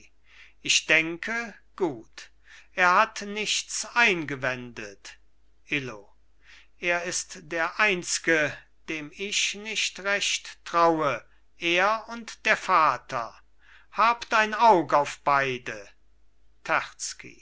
ich denke gut er hat nichts eingewendet illo er ist der einzge dem ich nicht recht traue er und der vater habt ein aug auf beide